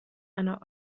einer